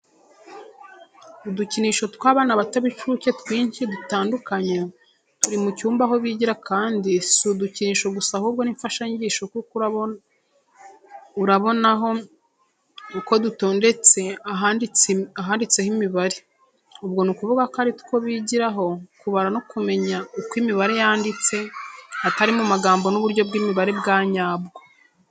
Udukinisho tw'abana bato b'incuke twinshi dutandukanye, turi mu cyumba aho bigira kandi si n'udukinisho gusa ahubwo n'imfashanyigiso kuko urabonaho uko dutondetse ahanditseho imibare. Ubwo ni ukuvuga ko aritwo bigiraho kubara no kumenya uko imibare yandikwa atari mu magambo n'uburyo bw'imibare bwanyabwo.